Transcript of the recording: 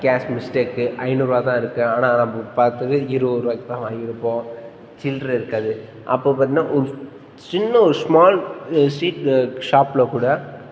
case mistake ஐந்நூறுரூவா தான் இருக்குது ஆனால் நம்மப் பார்த்தது இருபது ரூபாய்க்கு தான் வாங்கியிருப்போம் சில்லறை இருக்காது அப்போ பார்த்தீங்கன்னா ஒரு சின்ன ஒரு ஸ்மால் இது ஸ்ட்ரீட்டில் ஷாப்பில் கூட